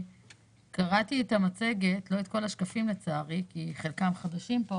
כשקראתי את המצגת לא את כל השקפים לצערי כי חלקם חדשים פה